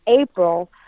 April